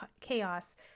chaos